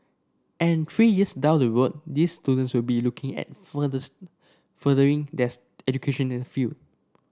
and three years down the road these students will be looking at furthering their education in the field